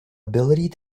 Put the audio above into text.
ability